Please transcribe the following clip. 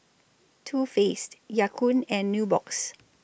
Too Faced Ya Kun and Nubox